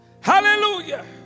Hallelujah